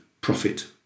profit